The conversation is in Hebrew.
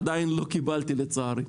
עדיין לא קיבלתי לצערי.